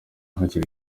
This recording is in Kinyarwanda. hakiri